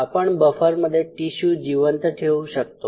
आपण बफरमध्ये टिशू जिवंत ठेवू शकतो